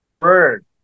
Bird